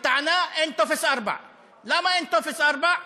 בטענה שאין טופס 4. למה אין טופס 4?